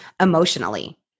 emotionally